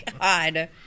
God